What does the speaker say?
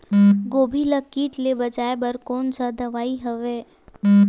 गोभी ल कीट ले बचाय बर कोन सा दवाई हवे?